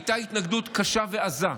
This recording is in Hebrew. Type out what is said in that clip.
הייתה התנגדות קשה ועזה.